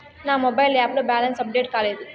నా mobile app లో balance update కాలేదు